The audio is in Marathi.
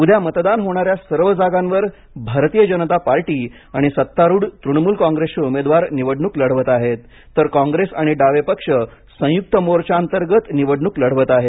उद्या मतदान होणाऱ्या सर्व जागांवर भारतीय जनता पार्टी आणि सत्तारूढ तृणमूल कॉंग्रेसचे उमेदवार निवडणूक लढवत आहेत तर कॉंग्रेस आणि डावे पक्ष संयुक्त मोर्चाअंतर्गत निवडणूक लढवत आहेत